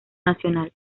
nacional